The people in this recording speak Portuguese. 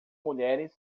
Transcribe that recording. mulheres